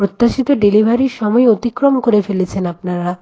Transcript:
প্রত্যাশিত ডেলিভারির সময় অতিক্রম করে ফেলেছেন আপনারা